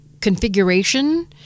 configuration